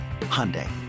Hyundai